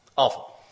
Awful